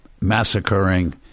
massacring